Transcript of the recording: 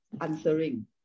answering